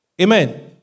amen